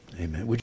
Amen